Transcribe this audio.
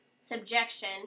subjection